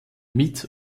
mit